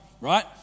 right